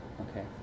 Okay